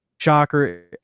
shocker